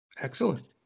Excellent